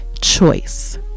choice